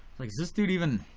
like is this dude even,